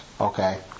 okay